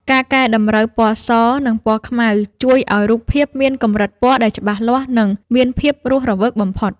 ការកែតម្រូវ ពណ៌ស និង ពណ៌ខ្មៅ ជួយឱ្យរូបភាពមានកម្រិតពណ៌ដែលច្បាស់លាស់ និងមានភាពរស់រវើកបំផុត។